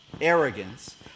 arrogance